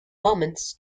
moments